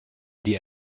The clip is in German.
die